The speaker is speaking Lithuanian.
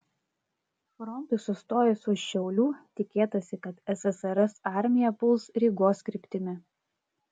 frontui sustojus už šiaulių tikėtasi kad ssrs armija puls rygos kryptimi